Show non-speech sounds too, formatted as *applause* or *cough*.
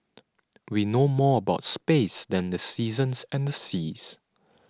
*noise* we know more about space than the seasons and the seas